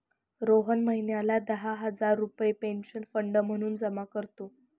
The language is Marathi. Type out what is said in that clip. रोहन महिन्याला दहा हजार रुपये पेन्शन फंड म्हणून जमा करतो